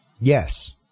Yes